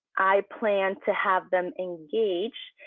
i plan to have them engage